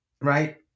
right